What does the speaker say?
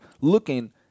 looking